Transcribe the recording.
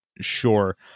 sure